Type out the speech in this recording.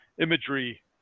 imagery